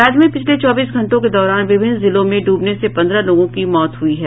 राज्य में पिछले चौबीस घंटों के दौरान विभिन्न जिलों में डूबने से पंद्रह लोगों की मौत हुई है